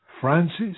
Francis